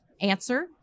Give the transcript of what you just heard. answer